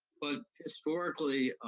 but historically,